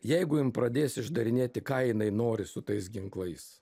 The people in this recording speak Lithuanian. jeigu jin pradės išdarinėti ką jinai nori su tais ginklais